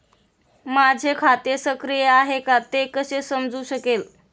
माझे खाते सक्रिय आहे का ते कसे समजू शकेल?